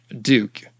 duke